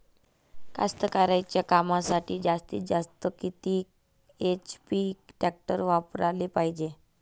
कास्तकारीच्या कामासाठी जास्तीत जास्त किती एच.पी टॅक्टर वापराले पायजे?